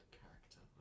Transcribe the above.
character